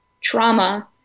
trauma